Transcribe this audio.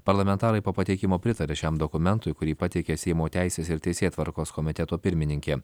parlamentarai po pateikimo pritarė šiam dokumentui kurį pateikė seimo teisės ir teisėtvarkos komiteto pirmininkė